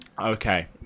Okay